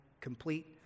complete